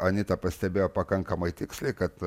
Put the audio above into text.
anyta pastebėjo pakankamai tiksliai kad